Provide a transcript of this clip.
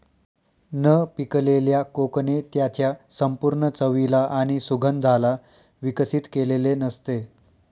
न पिकलेल्या कोकणे त्याच्या संपूर्ण चवीला आणि सुगंधाला विकसित केलेले नसते